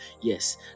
Yes